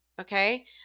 okay